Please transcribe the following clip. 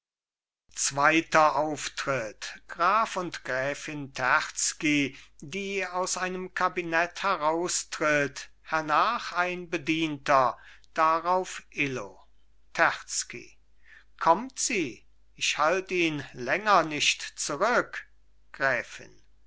zweiter auftritt graf und gräfin terzky die aus einem kabinett heraustritt hernach ein bedienter darauf illo terzky kommt sie ich halt ihn länger nicht zurück gräfin